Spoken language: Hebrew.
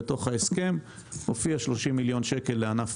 בתוך ההסכם הופיע 30 מיליון שקל לענף